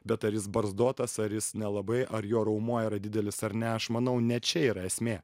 bet ar jis barzdotas ar jis nelabai ar jo raumuo yra didelis ar ne aš manau ne čia yra esmė